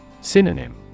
Synonym